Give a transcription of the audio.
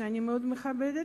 שאני מאוד מכבדת,